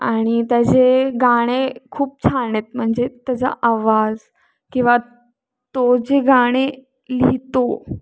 आणि त्याचे गाणे खूप छान आहेत म्हणजे त्याचा आवाज किंवा तो जे गाणे लिहितो